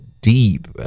deep